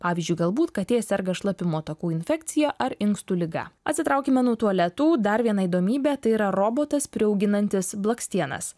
pavyzdžiui galbūt katė serga šlapimo takų infekcija ar inkstų liga atsitraukime nuo tualetų dar viena įdomybė tai yra robotas priauginantis blakstienas